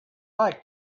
like